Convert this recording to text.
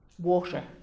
Water